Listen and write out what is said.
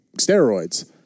steroids